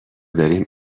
داریم